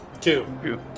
Two